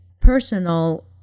personal